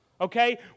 Okay